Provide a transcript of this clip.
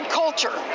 culture